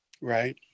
Right